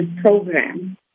program